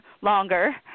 longer